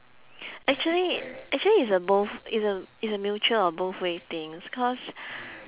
actually actually it's a both it's a it's a mutual or both way things cause